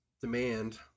demand